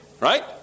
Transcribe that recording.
Right